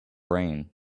rain